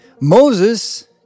Moses